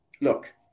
look